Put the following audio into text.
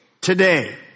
today